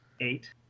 eight